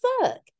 suck